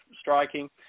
striking